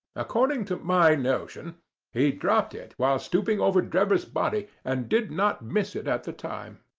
according to my notion he dropped it while stooping over drebber's body, and did not miss it at the time.